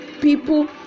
people